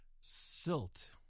silt